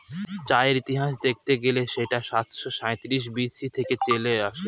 চায়ের ইতিহাস দেখতে গেলে সেটা সাতাশো সাঁইত্রিশ বি.সি থেকে চলে আসছে